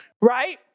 right